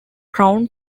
crown